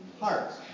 hearts